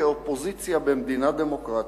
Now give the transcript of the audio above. כאופוזיציה במדינה דמוקרטית,